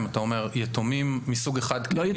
אם אתה אומר יתומים מסוג אחד כן --- לא,